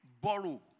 borrow